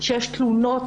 כשיודעים שיש תלונות,